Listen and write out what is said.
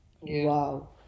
wow